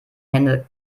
hände